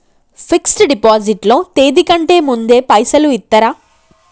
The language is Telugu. ఫిక్స్ డ్ డిపాజిట్ లో తేది కంటే ముందే పైసలు ఇత్తరా?